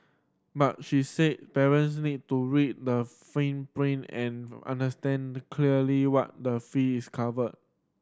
but she said parents need to read the fine print and understand the clearly what the fees cover